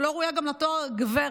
שלא ראויה גם לתואר גברת,